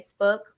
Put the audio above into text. Facebook